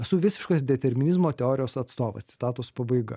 esu visiškas determinizmo teorijos atstovas citatos pabaiga